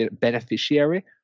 beneficiary